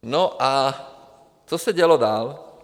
No a co se dělo dál?